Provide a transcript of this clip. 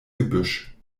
gebüsch